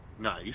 Nice